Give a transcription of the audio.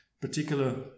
particular